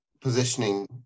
positioning